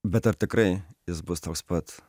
bet ar tikrai jis bus toks pat